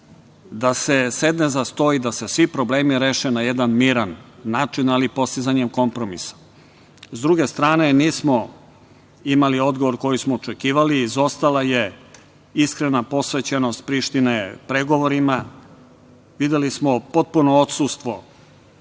da se sedne za sto i da se svi problemi reše na jedan miran način, ali postizanjem kompromisa. Sa druge strane nismo imali odgovor koji smo očekivali. Izostala je iskrena posvećenost Prištine pregovorima, videli smo potpuno odsustvo